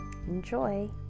Enjoy